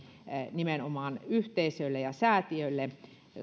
nimenomaan yhteisöille ja säätiöille